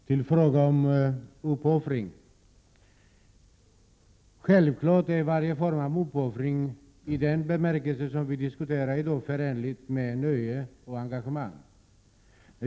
Herr talman! Självklart är varje form av uppoffring, i den bemärkelse som vi diskuterar i dag, förenad med nöje och engagemang.